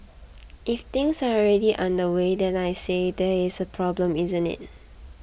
if things are already underway then I say there is a problem isn't it